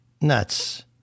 Nuts